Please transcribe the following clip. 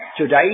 today